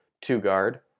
two-guard